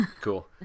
Cool